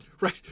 right